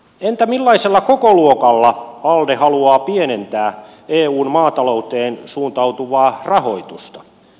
entä millaisella kokoluokalla alde haluaa pienentää eun maatalouteen suuntautuvaa rahoitusta